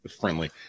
friendly